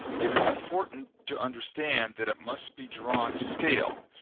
it is important to understand that it must be drawn to scale.